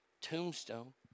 Tombstone